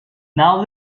now